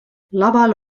laval